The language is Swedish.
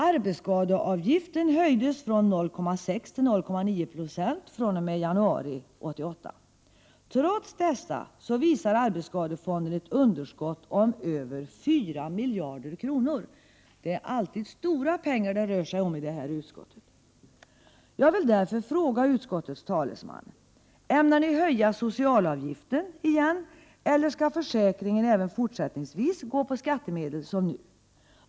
Arbetsskadeavgiften har höjts från 0,6 till 0,9 20 fr.o.m. januari 1988. Trots detta visar arbetsskadefonden ett underskott på över 4 miljarder kronor. Det är alltid stora pengar som det rör sig om i det här utskottet. Jag vill därför fråga utskottets talesman: Ämnar ni höja socialavgiften igen, eller skall försäkringen även fortsättningsvis betalas av skattemedel?